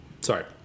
sorry